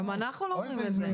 אבל גם אנחנו לא אומרים את זה.